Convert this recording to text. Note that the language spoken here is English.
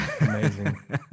Amazing